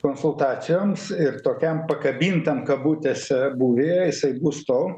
konsultacijoms ir tokiam pakabintam kabutėse būvyje jisai bus tol